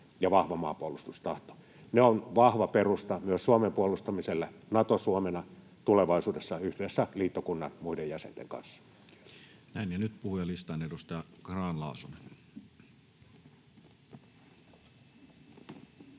ja vahva maanpuolustustahto: ne ovat vahva perusta Suomen puolustamiselle myös Nato-Suomena tulevaisuudessa yhdessä liittokunnan muiden jäsenten kanssa. Näin. — Ja nyt puhujalistaan, edustaja Grahn-Laasonen.